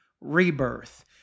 rebirth